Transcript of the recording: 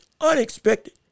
unexpected